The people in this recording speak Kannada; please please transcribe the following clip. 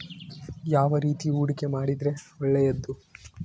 ಯಾವ ರೇತಿ ಹೂಡಿಕೆ ಮಾಡಿದ್ರೆ ಒಳ್ಳೆಯದು?